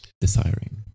desiring